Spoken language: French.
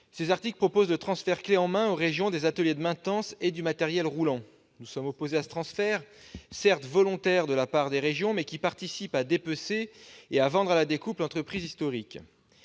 Ces articles visent à organiser un transfert clefs en main aux régions des ateliers de maintenance et du matériel roulant. Nous sommes opposés à ce transfert, certes volontaire de la part des régions, mais qui contribue à dépecer et à vendre à la découpe l'entreprise historique.